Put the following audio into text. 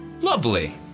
Lovely